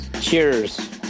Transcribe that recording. Cheers